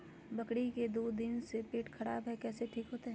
बकरी के दू दिन से पेट खराब है, कैसे ठीक होतैय?